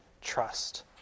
trust